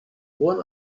one